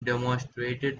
demonstrated